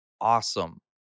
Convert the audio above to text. awesome